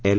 L